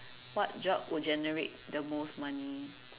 what job would generate the most money